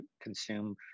consume